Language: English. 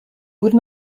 would